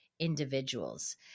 individuals